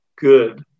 good